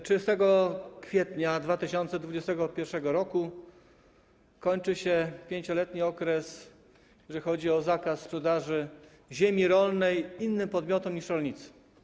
30 kwietnia 2021 r. kończy się 5-letni okres, jeżeli chodzi o zakaz sprzedaży ziemi rolnej innym podmiotom niż rolnicy.